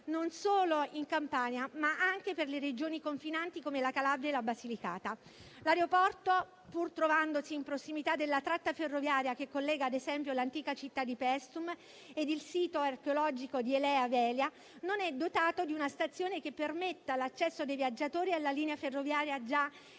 non solo in Campania, ma anche per le Regioni confinanti come la Calabria e la Basilicata. L'aeroporto, pur trovandosi in prossimità della tratta ferroviaria che collega, ad esempio, l'antica città di Paestum e il sito archeologico di Elea-Velia, non è dotato di una stazione che permetta l'accesso dei viaggiatori alla linea ferroviaria già esistente